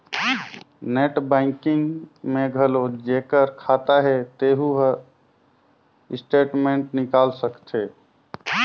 net banking में घलो जेखर खाता हे तेहू हर स्टेटमेंट निकाल सकथे